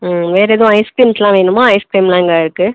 வேறு எதுவும் ஐஸ்க்ரீம்ஸ்லாம் வேணுமா ஐஸ்க்ரீம்லாம் இங்கே இருக்குது